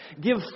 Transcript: Give